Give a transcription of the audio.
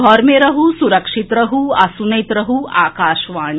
घर मे रहू सुरक्षित रहू आ सुनैत रहू आकाशवाणी